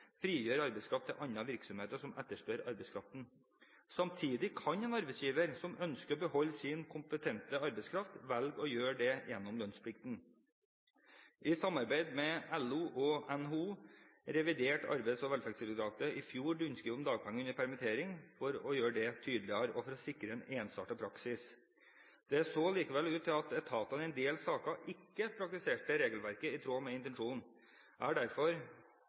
frigjør arbeidskraft til andre virksomheter som etterspør arbeidskraften. Samtidig kan en arbeidsgiver som ønsker å beholde sin kompetente arbeidskraft, velge å gjøre dette gjennom lønnsplikten. I samarbeid med LO og NHO reviderte Arbeids- og velferdsdirektoratet i fjor rundskrivet om dagpenger under permittering for å gjøre det tydeligere og for å sikre en ensartet praksis. Det så likevel ut til at etaten i en del saker ikke praktiserte regelverket i tråd med intensjonene. Jeg har derfor